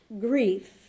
grief